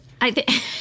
I-